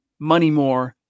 Moneymore